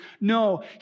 No